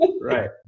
right